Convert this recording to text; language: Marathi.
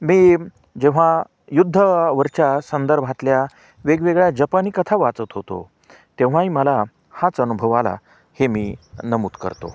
मी जेव्हा युद्धावरच्या संदर्भातल्या वेगवेगळ्या जपानी कथा वाचत होतो तेव्हाही मला हाच अनुभवा आला हे मी नमूद करतो